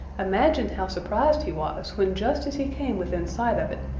imagine how surprised he was when just as he came within sight of it,